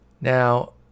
Now